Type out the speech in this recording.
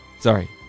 Sorry